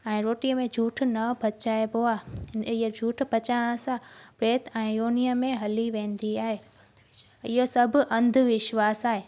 ऐं रोटीअ में झूठ न बचाएबो आहे इहा झूठ बचाइणु सां प्रेत योनी में हली वेंदी आहे इहो सभु अंधविश्वास आहे